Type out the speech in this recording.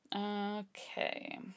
Okay